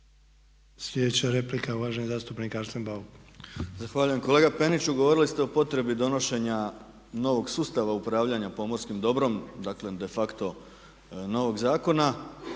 Sljedeća replika je uvaženi zastupnik Arsen Bauk. **Bauk, Arsen (SDP)** Zahvaljujem. Kolega Penić govorili ste o potrebi donošenja novog sustava upravljanja pomorskim dobrom, dakle de facto novog zakona